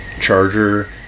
charger